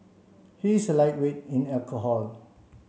he is a lightweight in alcohol